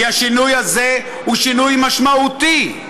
כי השינוי הזה הוא שינוי משמעותי,